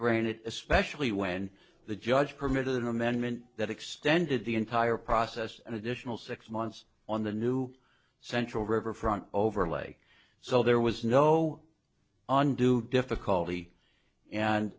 grant it especially when the judge permitted an amendment that extended the entire process an additional six months on the new central riverfront overlay so there was no on due difficulty and